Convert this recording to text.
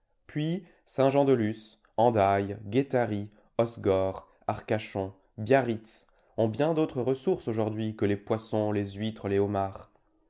puis saint jeande luz hendaye guétary hossegor arcachon biarritz ont bien d'autres ressources aujourd'hui que les poissons les huîtres les homards